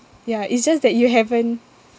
ya it's just that you haven't